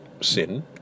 sin